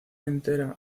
entera